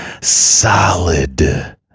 solid